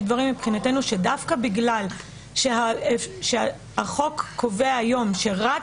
יש דברים מבחינתנו שדווקא בגלל שהחוק קובע היום שרק